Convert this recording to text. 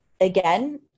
Again